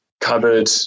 covered